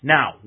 Now